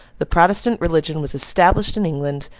the protestant religion was established in england,